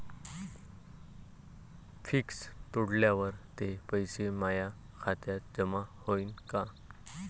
Fix तोडल्यावर ते पैसे माया खात्यात जमा होईनं का?